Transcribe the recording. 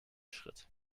schritt